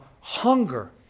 hunger